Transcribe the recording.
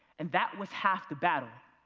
and that was half the battle.